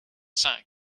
cinq